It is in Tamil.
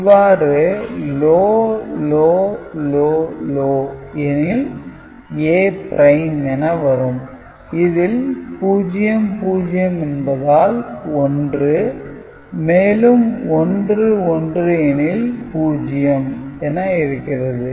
இவ்வாறு L L L L எனில் A' என வரும் இதில் 00 என்பதால் 1 மேலும் 11 எனில் 0 என இருக்கிறது